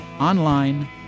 online